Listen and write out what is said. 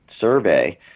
survey